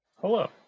hello